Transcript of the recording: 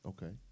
Okay